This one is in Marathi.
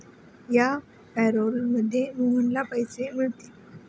या पॅरोलमध्ये मोहनला पैसे मिळतील